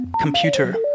computer